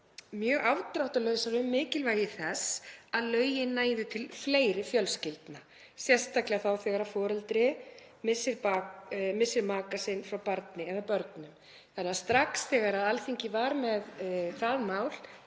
mjög afdráttarlausar um mikilvægi þess að lögin næðu til fleiri fjölskyldna, sérstaklega þegar foreldri missir maka sinn frá barni eða börnum, þannig að strax þegar Alþingi var með það mál